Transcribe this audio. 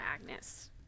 Agnes